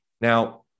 Now